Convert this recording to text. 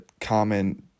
common